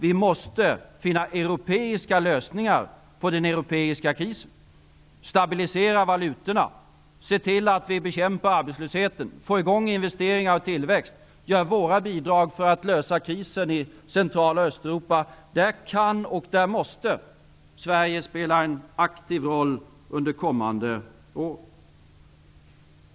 Vi måste finna europeiska lösningar på den europeiska krisen — stabilisera valutorna, bekämpa arbetslösheten, få i gång investeringar och tillväxt och ge våra bidrag för att lösa krisen i Central och Östeuropa. Där kan och måste Sverige spela en aktiv roll under kommande år.